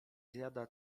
zjada